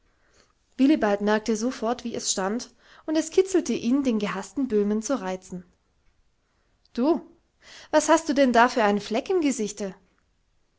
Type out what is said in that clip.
willibald merkte sofort wie es stand und es kitzelte ihn den gehaßten böhmen zu reizen du was hast du denn da für einen fleck im gesichte